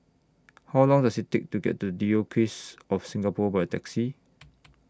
How Long Does IT Take to get to Diocese of Singapore By Taxi